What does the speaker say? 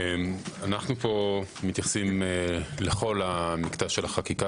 אנחנו מתייחסים פה לכל המקטע של החקיקה,